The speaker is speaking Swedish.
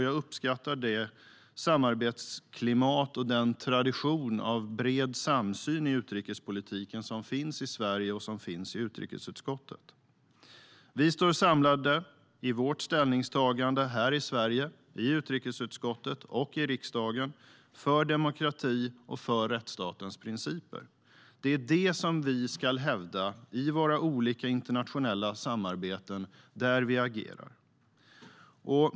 Jag uppskattar det samarbetsklimat och den tradition av bred samsyn i utrikespolitiken som finns i Sverige och som finns i utrikesutskottet. Vi står samlade i vårt ställningstagande här i Sverige, i utrikesutskottet och i riksdagen, för demokrati och för rättsstatens principer. Det är det som vi ska hävda i våra olika internationella samarbeten, där vi agerar.